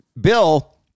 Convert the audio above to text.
Bill